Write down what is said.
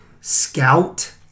Scout